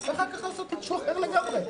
ואחר כך לעשות משהו אחר לגמרי.